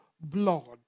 blood